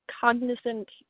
cognizant